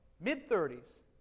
Mid-30s